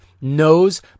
knows